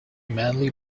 manly